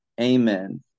amen